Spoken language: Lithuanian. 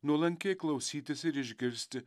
nuolankiai klausytis ir išgirsti